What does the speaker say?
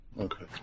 Okay